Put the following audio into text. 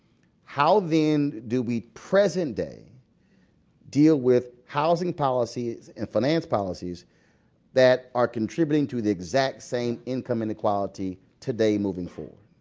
how then do we present day deal with housing policy and finance policies that are contributing to the exact same income inequality today moving forward?